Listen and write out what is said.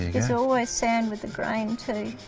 it's always sand with the grain too,